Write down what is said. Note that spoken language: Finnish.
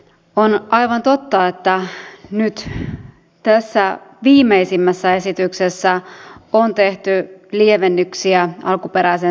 on aivan totta että nyt tässä viimeisimmässä esityksessä on tehty lievennyksiä alkuperäiseen säästötavoitteeseen